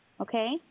Okay